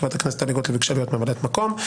חברת הכנסת טלי גוטליב ביקשה להיות ממלאת מקום,